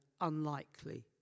unlikely